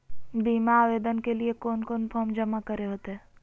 बीमा आवेदन के लिए कोन कोन फॉर्म जमा करें होते